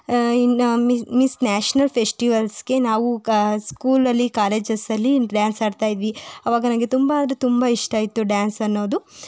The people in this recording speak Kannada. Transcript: ಇನ್ನು ಮಿ ಮಿಸ್ ನ್ಯಾಷನಲ್ ಫೆಸ್ಟಿವಲ್ಸ್ಗೆ ನಾವು ಸ್ಕೂಲಲ್ಲಿ ಕಾಲೇಜಸಲ್ಲಿ ಡಾನ್ಸ್ ಆಡ್ತಾಯಿದ್ವಿ ಆವಾಗ ನನಗೆ ತುಂಬ ಅಂದರೆ ತುಂಬ ಇಷ್ಟ ಇತ್ತು ಡಾನ್ಸ್ ಅನ್ನೋದು